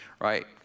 right